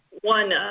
one